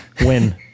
Win